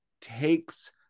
takes